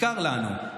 בעיקר לנו,